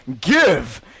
give